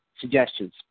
suggestions